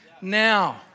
now